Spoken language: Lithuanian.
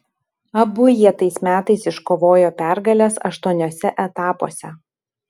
abu jie tais metais iškovojo pergales aštuoniuose etapuose